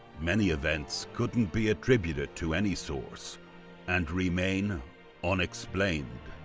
many events couldn't be attributed to any source and remain unexplained,